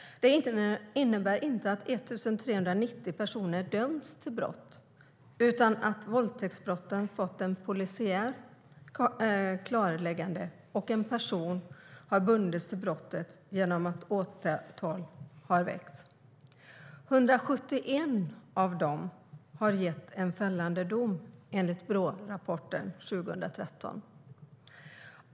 Det innebär inte att 1 390 personer har dömts för brott utan att våldtäktsbrotten har fått ett polisiärt klarläggande och att en person har bundits till brottet genom att åtal har väckts. 171 av dem har lett till fällande dom, enligt Brårapporten för 2013.